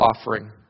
offering